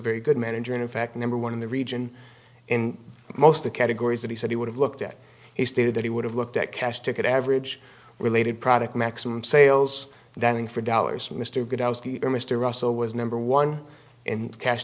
very good manager and in fact number one in the region in most of the categories that he said he would have looked at he stated that he would have looked at cash ticket average related product maximum sales than for dollars mr good house or mr russell was number one and cash